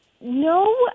No